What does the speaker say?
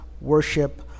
worship